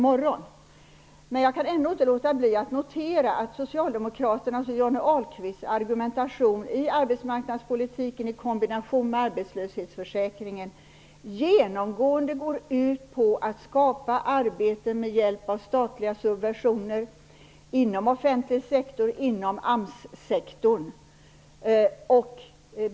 Men jag kan inte låta bli att notera att Socialdemokraternas och Johnny Ahlqvists argumentation när det gäller arbetsmarknadspolitiken i kombination med arbetslöshetsförsäkringen genomgående går ut på att skapa arbete med hjälp av statliga subventioner inom den offentliga sektorn, AMS-sektorn.